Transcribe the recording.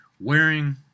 wearing